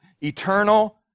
eternal